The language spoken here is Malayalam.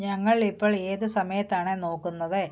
ഞങ്ങൾ ഇപ്പോൾ ഏത് സമയത്താണ് നോക്കുന്നത്